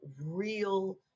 real